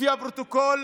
לפי הפרוטוקול